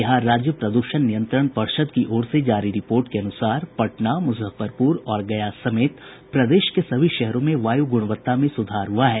बिहार राज्य प्रद्षण नियंत्रण परिषद् की ओर से जारी रिपोर्ट के अनुसार पटना मुजफ्फरपुर और गया समेत प्रदेश के सभी शहरों में वायु गुणवत्ता में सुधार हुआ है